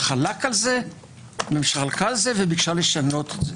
שחלקה על זה וביקשה לשנות את זה.